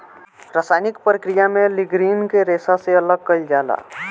रासायनिक प्रक्रिया में लीग्रीन के रेशा से अलग कईल जाला